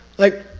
like,